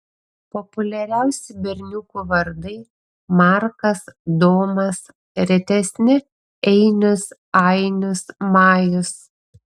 populiariausi berniukų vardai markas domas retesni einius ainius majus